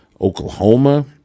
Oklahoma